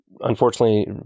unfortunately